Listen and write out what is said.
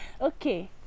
Okay